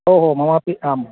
ओहो ममपि आं